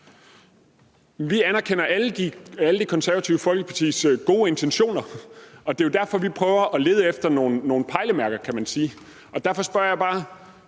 Vi anerkender alle Det Konservative Folkepartis gode intentioner, og det er jo derfor, kan man sige, vi prøver at lede efter nogle pejlemærker, og derfor spørger jeg bare: